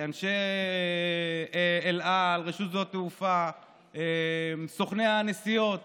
אנשי אל על, רשות שדות התעופה, סוכני הנסיעות